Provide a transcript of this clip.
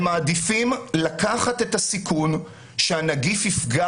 הם מעדיפים לקחת את הסיכון שהנגיף יפגע